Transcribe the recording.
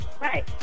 Right